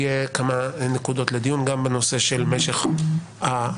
יהיו כמה נקודות לדיון גם בנושא של משך ההארכה,